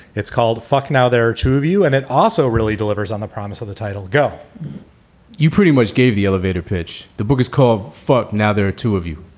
it's called fuck. now there are two of you and it also really delivers on the promise of the title. go you pretty much gave the elevator pitch. the book is called fuck. now there are two of you.